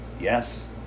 yes